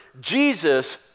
Jesus